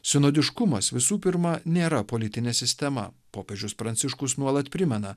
sinodiškumas visų pirma nėra politinė sistema popiežius pranciškus nuolat primena